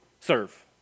serve